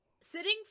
Sitting